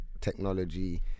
Technology